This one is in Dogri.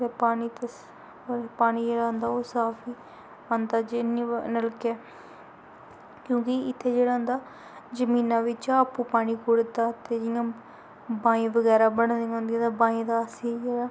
ते पानी तुस पानी जेह्ड़ा होंदा ओह् साफ गै औंदा जे निं नलके क्योंकि इत्थै जेह्ड़ा होंदा जमीना बिच्चा आपूं पानी कुर्जदा ते जियां बाईं बगैरा बनी दियां होंदियां ते बाईं दा अस जेह्ड़ा